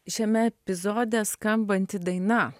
šiame epizode skambanti daina